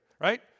right